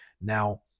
Now